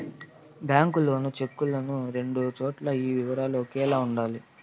bank loan చెక్కులను రెండు చోట్ల ఈ వివరాలు ఒకేలా ఉండాలి